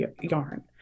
yarn